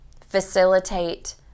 facilitate